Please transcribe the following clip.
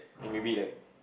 and maybe like